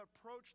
approach